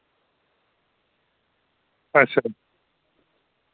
अच्छा